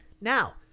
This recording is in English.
Now